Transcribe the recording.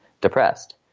depressed